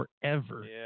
forever